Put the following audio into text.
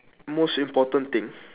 most important thing